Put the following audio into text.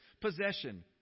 possession